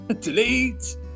delete